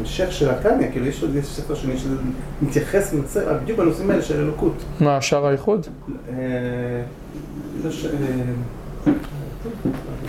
המשך של התניה, כאילו יש ספר שונים שזה מתייחס, מוצא בדיוק בנושאים האלה של אלוקות מה, השער היחוד? אני חושב